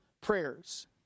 prayers